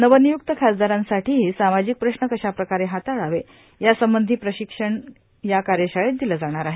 नवनियुक्त खासदारांसाठीही सामाजिक प्रश्न कशाप्रकारे हाताळावे यासंबंधी प्रशिक्षणही या कार्यशाळेत दिलं जाणार आहे